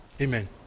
Amen